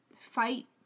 fight